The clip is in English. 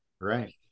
right